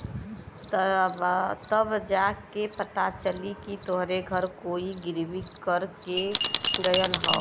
तब जा के पता चली कि तोहरे घर कोई गिर्वी कर के गयल हौ